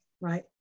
right